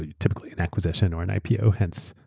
ah typically an acquisition or an ipo hence,